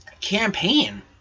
campaign